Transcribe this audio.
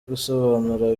gusobanura